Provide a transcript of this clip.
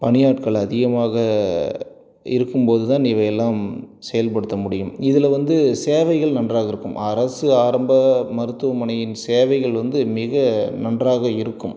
பணி ஆட்கள் அதிகமாக இருக்கும் போதுதான் இவையெல்லாம் செயல்படுத்த முடியும் இதுலவந்து சேவைகள் நன்றாக இருக்கும் அரசு ஆரம்ப மருத்துவமனையின் சேவைகள் வந்து மிக நன்றாக இருக்கும்